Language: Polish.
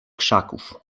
krzaków